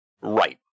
Right